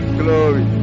glory